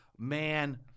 man